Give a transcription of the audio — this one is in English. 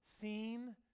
seen